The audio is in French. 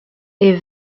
est